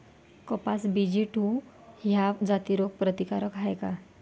कपास BG two ह्या जाती रोग प्रतिकारक हाये का?